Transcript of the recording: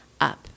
up